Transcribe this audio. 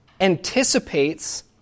anticipates